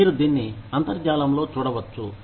మీరు దీన్ని అంతర్జాలంలో చూడవచ్చు